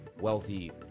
wealthy